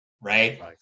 Right